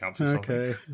okay